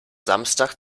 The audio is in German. samstag